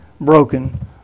broken